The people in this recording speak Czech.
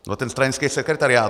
No ten stranický sekretariát!